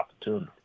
opportunity